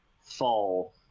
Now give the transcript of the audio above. fall